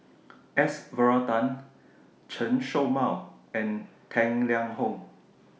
S Varathan Chen Show Mao and Tang Liang Hong